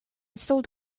sold